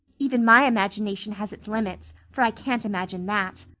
even my imagination has its limits, for i can't imagine that.